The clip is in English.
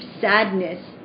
sadness